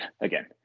again